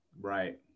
Right